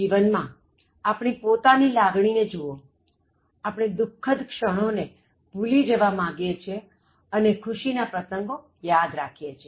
જીવનમાં આપણી પોતાની લાગણી ને જુવોઆપણે દુખદ ક્ષણોને ભૂલી જવા માગીએ છીએઅને ખુશી ના પ્રસંગો યાદ રાખીએ છીએ